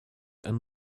and